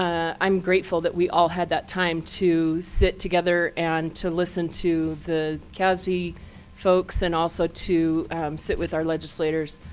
ah i'm grateful that we all had that time to sit together and to listen to the casb folks, and also to sit with our legislators.